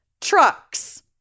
Trucks